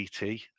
ET